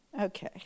Okay